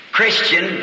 Christian